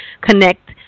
connect